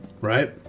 right